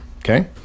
okay